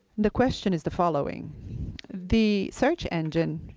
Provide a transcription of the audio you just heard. the question is the following the search engine,